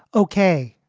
okay.